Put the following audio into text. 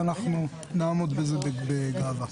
נעמוד בזה בגאווה.